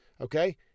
Okay